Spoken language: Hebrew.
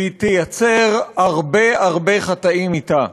והיא תייצר הרבה הרבה חטאים אתה.